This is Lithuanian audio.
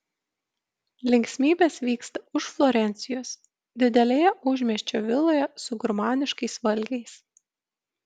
linksmybės vyksta už florencijos didelėje užmiesčio viloje su gurmaniškais valgiais